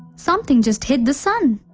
something just hid the sun.